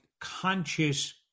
conscious